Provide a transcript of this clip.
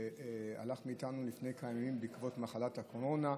שהלך מאיתנו לפני כמה ימים בעקבות מחלת הקורונה.